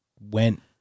went